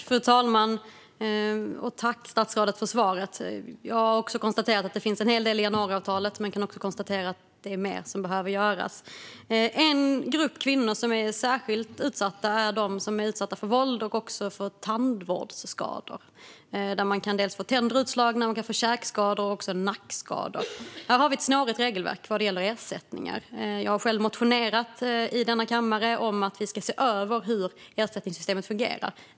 Fru talman! Tack, statsrådet, för svaret! Jag har också konstaterat att det finns en hel del i januariavtalet, men jag kan också konstatera att det är mer som behöver göras. En grupp kvinnor som är särskilt utsatta är de som är utsatta för våld och även för tandvårdsskador. Man kan få tänder utslagna, man kan få käkskador och man kan också få nackskador. Här har vi ett snårigt regelverk vad gäller ersättningar. Jag har själv motionerat i denna kammare om att vi ska se över hur ersättningssystemet fungerar.